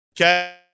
Okay